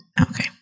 okay